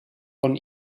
von